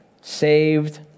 saved